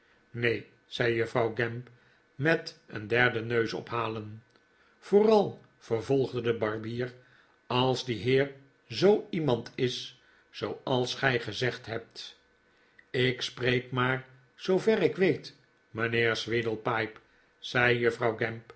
neen zei juffrouw gamp met een derde neusophalen vooral vervolgde de barbier als die heer zoo iemand is zooals gij gezegd hebt ik spreek maar zoover ik weet mijnheer sweedlepipe zei juffrouw